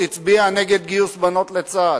הצביעה נגד גיוס בנות לצה"ל.